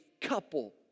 couple